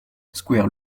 square